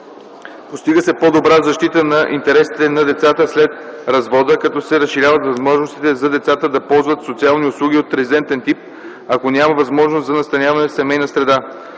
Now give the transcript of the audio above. Постига се по-добра защита на интересите на децата след развода, като се разширяват възможностите за децата да ползват социални услуги от резидентен тип, ако няма възможност за настаняване в семейна среда.